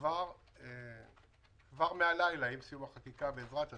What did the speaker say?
כבר מהלילה, עם סיום החקיקה בעזרת ה',